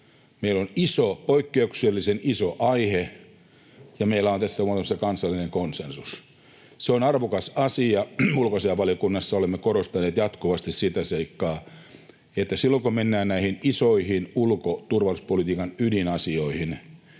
Meillä on iso, poikkeuksellisen iso, aihe, ja meillä on tässä olemassa kansallinen konsensus. Se on arvokas asia. Ulkoasiainvaliokunnassa olemme korostaneet jatkuvasti sitä seikkaa, että silloin kun mennään näihin isoihin ulko-, turvallisuuspolitiikan ydinasioihin,